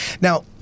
Now